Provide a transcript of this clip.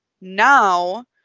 now